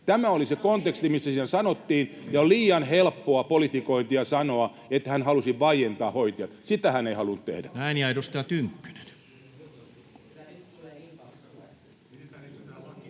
Tämä oli se konteksti, missä se sanottiin. Ja on liian helppoa politikointia sanoa, että hän halusi vaientaa hoitajat. Sitä hän ei halunnut tehdä. [Speech 110] Speaker: